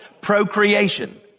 procreation